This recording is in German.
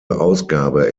ausgabe